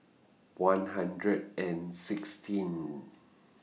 one hundred and sixteen